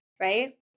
right